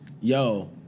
yo